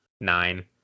nine